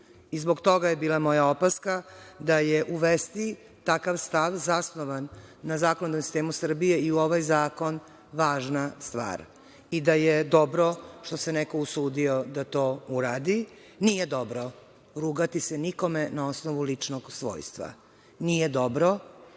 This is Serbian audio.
dela. Zbog toga je bila moja opaska da je uvesti takav stav zasnovan na Zakonu o sistemu Srbije i u ovaj zakon važna stvar, i da je dobro što se neko usudio da to uradi. Nije dobro rugati se nikome na osnovu ličnog svojstva. Nije dobro